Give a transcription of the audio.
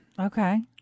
Okay